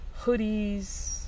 hoodies